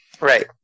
Right